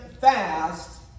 fast